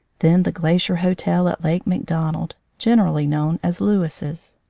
then the glacier hotel at lake macdonald, generally known as lewis's.